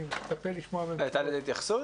הייתה לזה התייחסות?